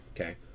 okay